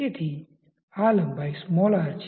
તેથી આ લંબાઈ r છે